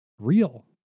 real